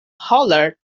hollered